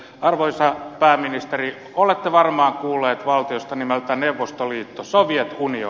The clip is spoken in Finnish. arvoisa pääministeri olette varmaan kuullut valtiosta nimeltä neuvostoliitto soviet union